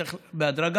זה צריך להיעשות בהדרגה,